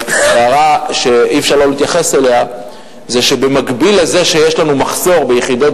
אבל צרה שאי-אפשר לא להתייחס אליה זה שבמקביל לזה שיש לנו מחסור ביחידות